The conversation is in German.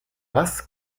was